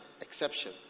exception